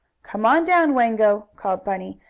come on down, wango! called bunny,